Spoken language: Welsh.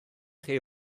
chi